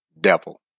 devil